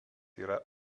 yra